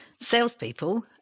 salespeople